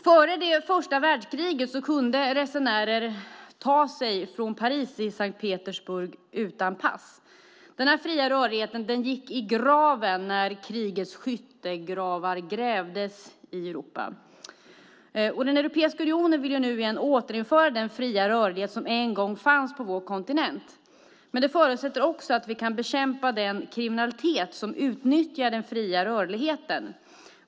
Före det första världskriget kunde resenärer ta sig från Paris till Sankt Petersburg utan pass. Denna fria rörlighet gick i graven när krigets skyttegravar grävdes i Europa. Europeiska unionen vill nu återinföra den fria rörlighet som en gång fanns på vår kontinent, men det förutsätter att vi kan bekämpa den kriminalitet som utnyttjar den fria rörligheten.